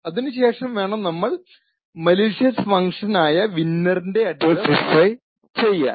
അതിനു ശേഷം വേണം നമ്മൾ മലീഷ്യസ് ഫങ്ക്ഷൻ ആയ വിന്നെറിന്റെ അഡ്രസ്സ് സ്പെസിഫൈ ചെയ്യാൻ